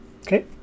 Okay